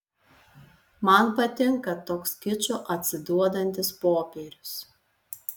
man patinka toks kiču atsiduodantis popierius